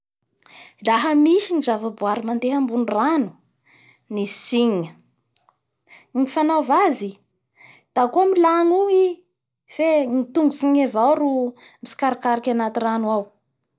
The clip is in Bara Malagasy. Laha nisy ny javaboary mandeha ambony rano ny signe ny fanaova zy, da koa milagno io i fe ny tombotsin'igny avao ro mitsikarikariky anaty rano ao.